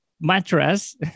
mattress